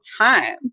time